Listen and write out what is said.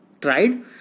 Tried